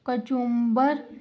cucumber